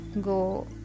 go